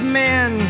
men